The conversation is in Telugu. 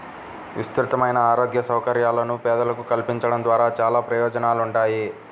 విస్తృతమైన ఆరోగ్య సౌకర్యాలను పేదలకు కల్పించడం ద్వారా చానా ప్రయోజనాలుంటాయి